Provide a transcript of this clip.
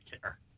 care